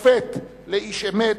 מופת לאיש אמת,